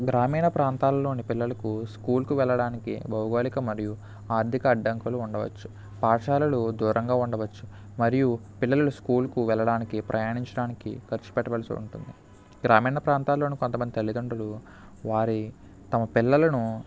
గ్రామీణ ప్రాంతాలలోని పిల్లలకు స్కూల్కు వెళ్ళడానికి భౌగోళిక మరియు ఆర్థిక అడ్డంకులు ఉండవచ్చు పాఠశాలలు దూరంగా ఉండవచ్చు మరియు పిల్లల స్కూలుకు వెళ్లడానికి ప్రయాణించడానికి ఖర్చు పెట్టవల్సివలసి ఉంటుంది గ్రామీణ ప్రాంతాలను కొంతమంది తల్లిదండ్రులు వారి తమ పిల్లలను